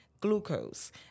glucose